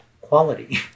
quality